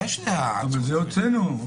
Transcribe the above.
זה הוצאנו.